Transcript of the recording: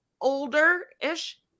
older-ish